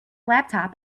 laptop